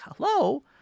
hello